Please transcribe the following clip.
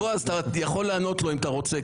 בועז, אתה יכול לענות לו אם אתה רוצה.